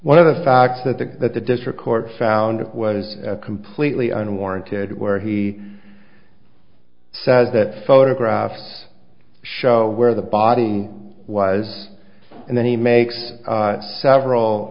one of the facts that the that the district court found was completely unwarranted where he says that photographs show where the body was and then he makes several